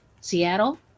Seattle